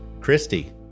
Christy